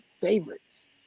favorites